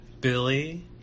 Billy